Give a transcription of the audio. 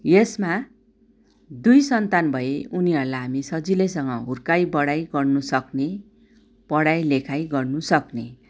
यसमा दुई सन्तान भए उनीहरूलाई हामी सजिलैसँग हुर्काइ बढाइ गर्नु सक्ने पढाइ लेखाइ गर्नु सक्ने